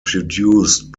produced